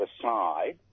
aside